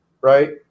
right